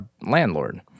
landlord